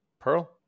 Pearl